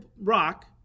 rock